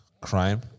crime